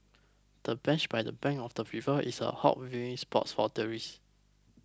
the bench by the bank of the river is a hot viewing spot for tourists